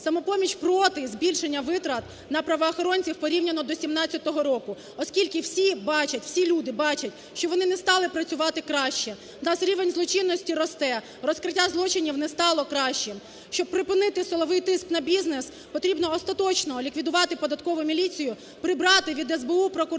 "Самопоміч" проти збільшення витрат на правоохоронців порівняно до 2017 року, оскільки всі бачать, всі люди бачать, що вони не стали працювати краще. В нас рівень злочинності росте, розкриття злочинів не стало кращим. Щоб припинити силовий тиск на бізнес, потрібно остаточно ліквідувати податкову міліцію, прибрати від СБУ, прокуратури